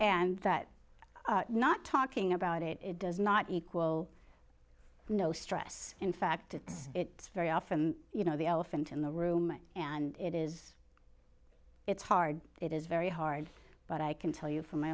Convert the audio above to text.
and that not talking about it it does not equal no stress in fact it's it's very often you know the elephant in the room and it is it's hard it is very hard but i can tell you from my